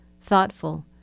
thoughtful